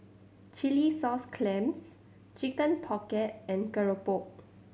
chilli sauce clams Chicken Pocket and keropok